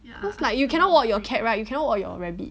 cause you cannot walk your cat right you cannot walk your rabbit